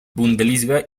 bundesliga